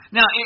Now